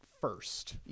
first